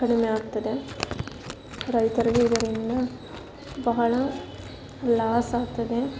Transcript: ಕಡಿಮೆಯಾಗ್ತದೆ ರೈತರಿಗೆ ಇದರಿಂದ ಬಹಳ ಲಾಸ್ ಆಗ್ತದೆ